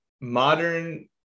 modern